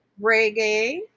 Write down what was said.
reggae